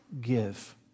Give